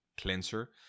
cleanser